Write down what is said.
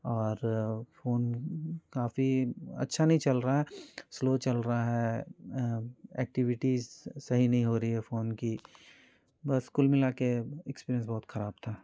और फ़ोन काफ़ी अच्छा नहीं चल रहा है स्लो चल रहा है एक्टिविटीज़ सही नहीं हो रही है फ़ोन की बस कुल मिला कर एक्सपीरियंस बहुत ख़राब था